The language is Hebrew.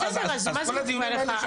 בסדר אז מה זה נותן לך,